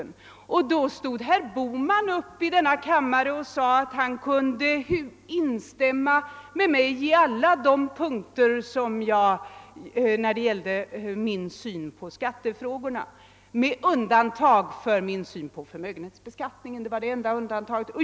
Då ställde sig herr Bohman upp och sade att han kunde instämma i min syn på skattefrågorna med undantag för min syn på förmögenhetsbeskattningen.